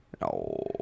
No